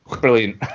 Brilliant